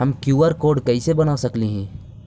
हम QR code कैसे बना सकली ही?